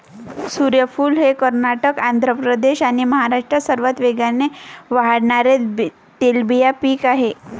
सूर्यफूल हे कर्नाटक, आंध्र प्रदेश आणि महाराष्ट्रात सर्वात वेगाने वाढणारे तेलबिया पीक आहे